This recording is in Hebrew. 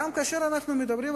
גם כאשר אנחנו מדברים,